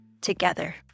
together